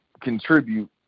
contribute